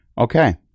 Okay